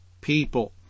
people